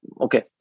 okay